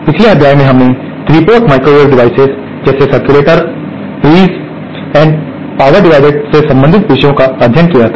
पिछले अध्याय में हमने 3 पोर्ट माइक्रोवेव डिवाइसेस जैसे सर्क्युलेटर टीज़ और पावर डिवीडर से संबंधित विषयों का अध्ययन किया था